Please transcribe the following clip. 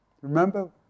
Remember